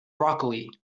broccoli